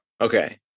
Okay